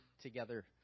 together